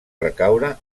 recaure